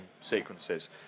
sequences